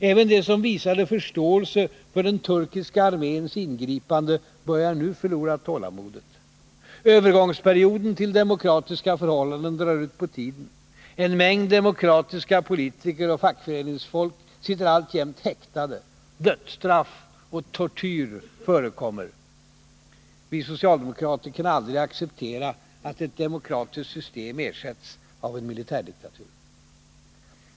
Även de som visade förståelse för den turkiska arméns ingripande börjar nu förlora tålamodet. Övergången till demokratiska förhållanden drar ut på tiden. En mängd demokratiska politiker och fackföreningsfolk sitter alltjämt häktade. Dödsstraff och tortyr förekommer. Vi socialdemokrater kan aldrig acceptera att ett demokratiskt system ersätts av en militärdiktatur.